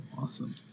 Awesome